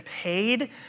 paid